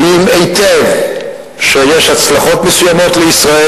רואים היטב שיש הצלחות מסוימות לישראל,